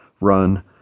run